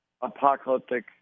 apocalyptic